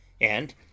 and